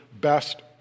best